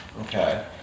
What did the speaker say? Okay